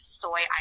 soy